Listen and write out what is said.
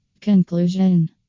Conclusion